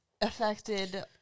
affected